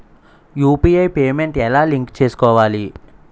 UPI payment ఎలా link చేసుకోవాలి?